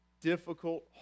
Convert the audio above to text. difficult